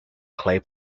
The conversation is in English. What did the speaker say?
clay